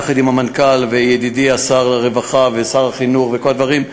יחד עם המנכ"ל וידידי שר הרווחה ושר החינוך וכל הדברים,